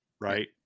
right